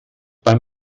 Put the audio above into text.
beim